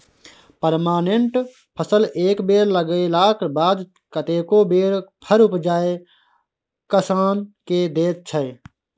permanent फसल एक बेर लगेलाक बाद कतेको बेर फर उपजाए किसान केँ दैत छै